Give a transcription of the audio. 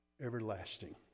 everlasting